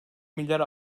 milyar